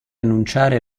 annunciare